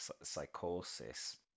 psychosis